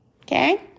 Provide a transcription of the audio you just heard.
Okay